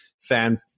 fan